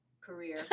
career